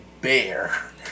bear